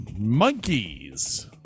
monkeys